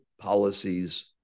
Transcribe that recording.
policies